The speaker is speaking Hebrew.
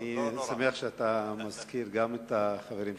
אני שמח שאתה מזכיר גם את החברים שלי,